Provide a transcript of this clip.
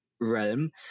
realm